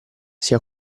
sia